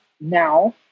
Now